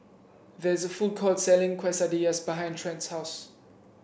there is a food court selling Quesadillas behind Trent's house